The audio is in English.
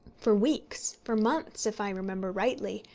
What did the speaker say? for weeks, for months, if i remember rightly,